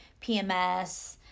PMS